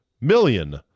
million